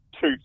two